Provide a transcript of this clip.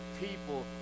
people